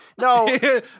No